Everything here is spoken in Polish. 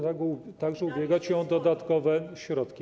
także ubiegać się o dodatkowe środki.